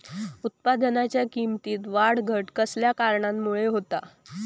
उत्पादनाच्या किमतीत वाढ घट खयल्या कारणामुळे होता?